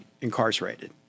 incarcerated